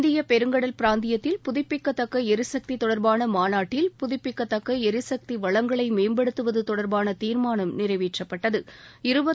இந்திய பெருங்கடல் பிராந்தியத்தில் புதுப்பிக்கத்தக்க எரிசக்தி தொடர்பாள மாநாட்டில் புதுப்பிக்கத்தக்க எரிசக்தி வளங்களை மேம்படுத்துவது தொடர்பான தீர்மானம் நிறைவேற்றப்பட்டது